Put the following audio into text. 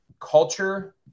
culture